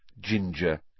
ginger